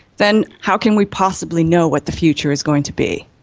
then how can we possibly know what the future is going to be?